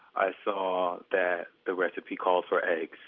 i saw that the recipe called for eggs,